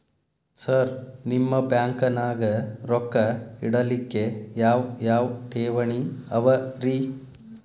Sir ನಿಮ್ಮ ಬ್ಯಾಂಕನಾಗ ರೊಕ್ಕ ಇಡಲಿಕ್ಕೆ ಯಾವ್ ಯಾವ್ ಠೇವಣಿ ಅವ ರಿ?